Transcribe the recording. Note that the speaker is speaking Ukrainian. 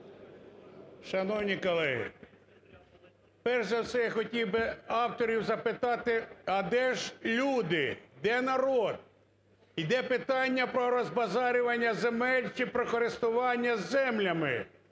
Шановні колеги, перш за все я хотів би авторів запитати, а де ж люди, де народ. Йде питання про розбазарювання земель, чи про користування землями.